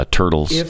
turtles